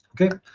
Okay